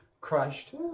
crushed